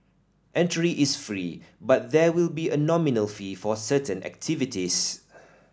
entry is free but there will be a nominal fee for certain activities